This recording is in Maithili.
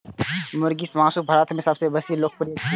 मुर्गीक मासु भारत मे सबसं बेसी लोकप्रिय छै